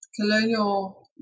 colonial